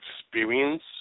experience